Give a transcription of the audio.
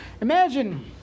imagine